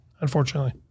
unfortunately